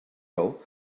raó